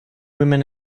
women